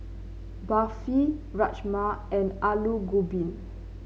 Barfi Rajma and Alu Gobi